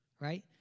Right